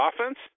offense